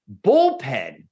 bullpen